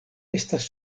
estas